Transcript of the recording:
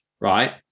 right